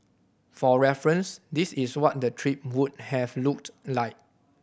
for reference this is what the trip would have looked like